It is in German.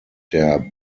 der